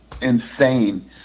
insane